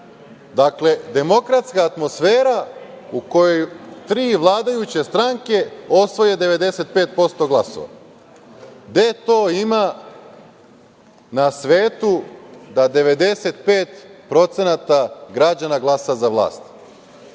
Dakle, demokratska atmosfera u kojoj tri vladajuće stranke osvoje 95% glasova. Gde to ima na svetu da 95% građana glasa za vlast?